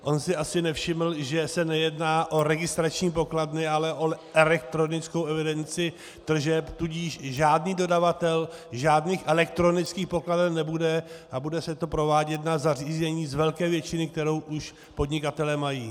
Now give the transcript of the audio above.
On si asi nevšiml, že se nejedná o registrační pokladny, ale o elektronickou evidenci tržeb, tudíž žádný dodavatel žádných elektronických pokladen nebude a bude se to provádět na zařízení z velké většiny, kterou už podnikatelé mají.